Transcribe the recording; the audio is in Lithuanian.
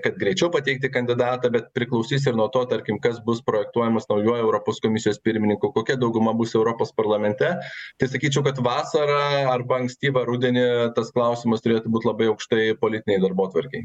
kad greičiau pateikti kandidatą bet priklausys ir nuo to tarkim kas bus projektuojamas naujuoju europos komisijos pirmininku kokia dauguma bus europos parlamente tai sakyčiau kad vasarą arba ankstyvą rudenį tas klausimas turėtų būt labai aukštai politinėj darbotvarkėj